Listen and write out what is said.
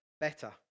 better